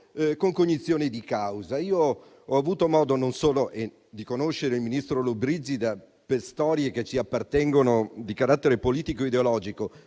con cognizione di causa. Infatti ho avuto modo non solo di conoscere il ministro Lollobrigida per storie che ci appartengono di carattere politico e ideologico,